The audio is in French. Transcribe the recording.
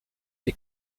des